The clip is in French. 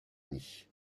unis